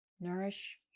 nourish